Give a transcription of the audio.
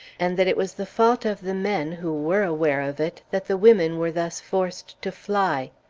and that it was the fault of the men, who were aware of it, that the women were thus forced to fly.